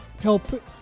help